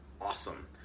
awesome